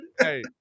Hey